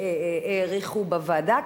שהעריכו בוועדה,